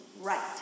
right